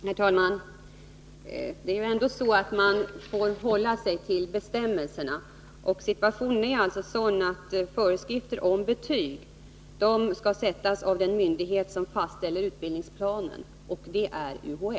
Herr talman! Man får ju ändå hålla sig till bestämmelserna. Situationen är den att föreskrifter om betyg skall utarbetas av den myndighet som fastställer utbildningsplanen, och det är UHÄ.